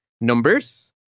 numbers